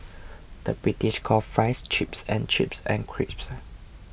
the British calls Fries Chips and chips and crisps